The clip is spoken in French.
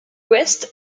west